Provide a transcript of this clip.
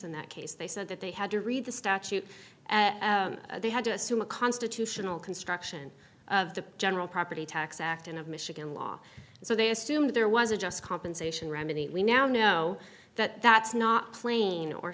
in that case they said that they had to read the statute they had to assume a constitutional construction of the general property tax act and of michigan law so they assumed there was a just compensation remedy we now know that that's not plain or